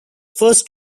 first